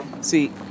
See